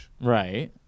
Right